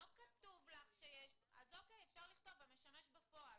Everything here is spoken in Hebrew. --- אז אוקיי אפשר לכתוב "המשמש בפועל